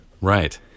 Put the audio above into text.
right